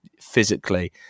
physically